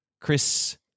Chris